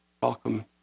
welcome